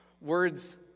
Words